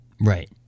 Right